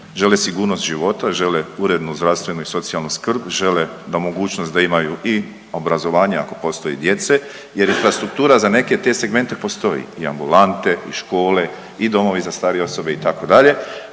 Žele sigurnost života, žele urednu zdravstvenu i socijalnu skrb, žele da mogućnost da imaju i obrazovanje, ako postoji djece jer infrastruktura za neke te segmente postoji. I ambulante i škole i domovi za starije osobe, itd.,